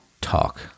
talk